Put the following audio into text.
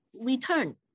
return